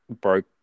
broke